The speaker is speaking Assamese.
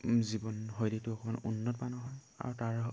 জীৱনশৈলীটো অকণমান উন্নত মানৰ হয় আৰু তাৰ